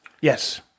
Yes